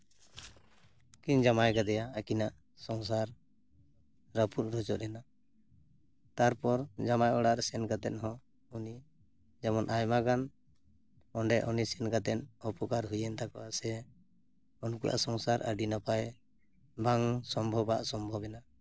ᱠᱤᱱ ᱡᱟᱢᱟᱭ ᱠᱟᱫᱮᱭᱟ ᱟᱹᱠᱤᱱᱟᱜ ᱥᱚᱝᱥᱟᱨ ᱨᱟᱹᱯᱩᱫ ᱨᱚᱪᱚᱫ ᱮᱱᱟ ᱛᱟᱨᱯᱚᱨ ᱡᱟᱢᱟᱭ ᱚᱲᱟᱜ ᱨᱮ ᱥᱮᱱ ᱠᱟᱛᱮ ᱦᱚᱸ ᱩᱱᱤ ᱡᱮᱢᱚᱱ ᱟᱭᱢᱟ ᱜᱟᱱ ᱚᱸᱰᱮ ᱩᱱᱤ ᱥᱮᱱ ᱠᱟᱛᱮ ᱩᱯᱚᱠᱟᱨ ᱦᱩᱭᱮᱱ ᱛᱟᱠᱚᱣᱟ ᱥᱮ ᱩᱱᱩᱣᱟᱜ ᱥᱚᱝᱥᱟᱨ ᱟᱹᱰᱤ ᱱᱟᱯᱟᱭ ᱵᱟᱝ ᱥᱚᱢᱵᱷᱚᱵᱟᱜ ᱥᱚᱢᱵᱷᱚᱵᱮᱱᱟ